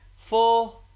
Four